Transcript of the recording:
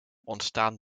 ontstaan